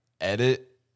edit